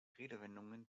redewendungen